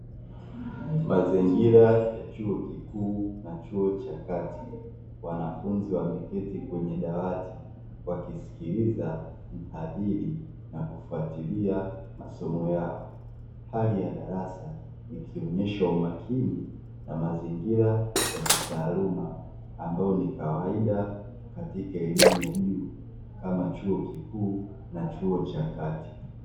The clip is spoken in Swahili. Mazingira ya chuo kikuu na chuo cha kati, wanafunzi wameketi kwenye dawati wakisikiliza mhadhiri na kufuatilia masomo yao; hali ya darasa ikionyeshwa umakini na mazingira ya kitaaluma, ambayo ni kawaida katika elimu ya juu kama chuo kikuu na chuo cha kati.